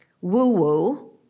woo-woo